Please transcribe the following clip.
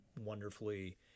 wonderfully